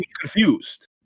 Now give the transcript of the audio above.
confused